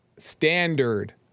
standard